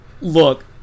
Look